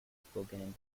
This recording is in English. spoken